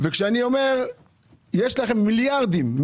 כשאני אומר שיש לכם מיליארדים,